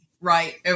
right